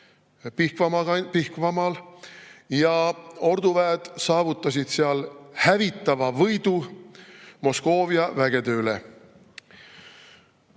Pihkvamaal ja orduväed saavutasid seal hävitava võidu Moskoovia vägede üle.